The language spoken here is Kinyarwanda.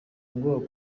ngo